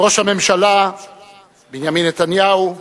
ראש הממשלה בנימין נתניהו,